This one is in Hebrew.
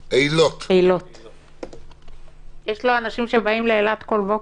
יש לו אנשים שבאים לאילת בכל בוקר.